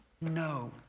no